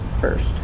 first